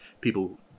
People